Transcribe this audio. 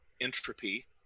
entropy